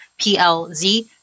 plz